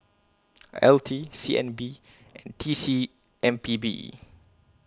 L T C N B and T C M P B